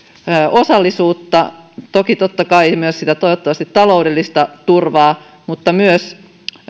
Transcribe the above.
osallisuutta toki toivottavasti myös taloudellista turvaa ja myös